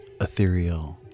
ethereal